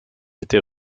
était